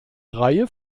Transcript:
reihe